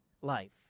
life